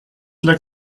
like